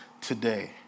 today